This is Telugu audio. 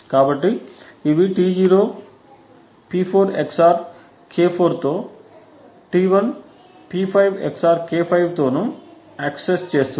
కాబట్టి ఇవి T0 P4 XOR K4 తో T1 P5 XOR K5 తోను యాక్సెస్ చేస్తుంది